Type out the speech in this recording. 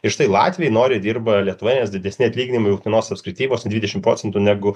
ir štai latviai noriai dirba lietuvoje nes didesni atlyginimai utenos apskrity vos dvidešimt procentų negu